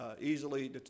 easily